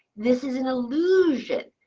this is an illusion.